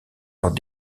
lors